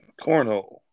Cornhole